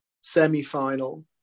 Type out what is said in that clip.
semi-final